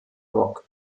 rock